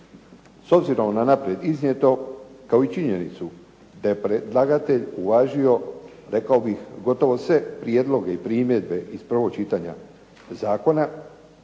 S obzirom na naprijed iznijeto kao i činjenicu da je predlagatelj uvažio rekao bih sve prijedloge i primjedbe iz prvog čitanja zakona,